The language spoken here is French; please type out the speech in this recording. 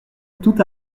tout